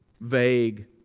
vague